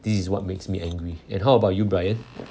this is what makes me angry and how about you brian